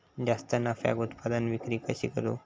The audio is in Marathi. जास्त नफ्याक उत्पादन विक्री कशी करू?